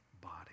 body